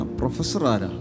professor